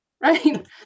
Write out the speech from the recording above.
right